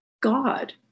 God